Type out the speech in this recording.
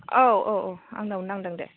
औ औ औ आंनावनो नांदों दे